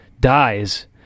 dies